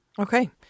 Okay